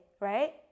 right